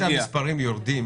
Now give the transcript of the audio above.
זה שהמספרים יורדים